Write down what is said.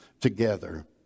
together